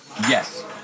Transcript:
Yes